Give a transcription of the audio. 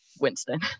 Winston